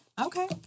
Okay